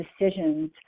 decisions